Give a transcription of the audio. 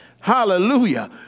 Hallelujah